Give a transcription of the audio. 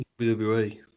WWE